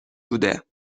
بوده